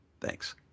Thanks